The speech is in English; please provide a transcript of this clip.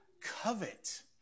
covet